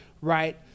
right